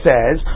Says